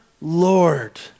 Lord